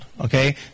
okay